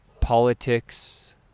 politics